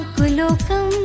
Kulokam